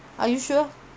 are you sure